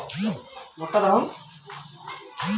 কখন মাটিত চারা গাড়িবা নাগে?